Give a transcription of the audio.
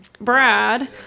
Brad